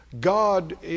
God